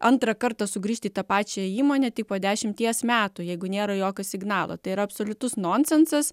antrą kartą sugrįžti į tą pačią įmonę tik po dešimties metų jeigu nėra jokio signalo tai yra absoliutus nonsensas